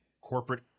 corporate